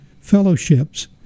fellowships